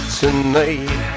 tonight